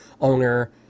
owner